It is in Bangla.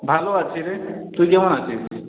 ভালো আছি রে তুই কেমন আছিস